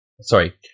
Sorry